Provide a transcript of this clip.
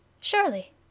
Surely